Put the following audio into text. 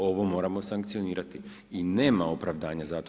Ovo moramo sankcionirati i nema opravdanja za to.